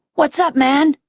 what's up, man?